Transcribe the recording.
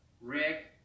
Rick